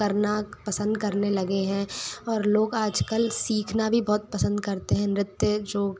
करना पसंद करने लगे हैं और लोग आजकल सीखना भी बहुत पसंद करते हैं नृत्य जो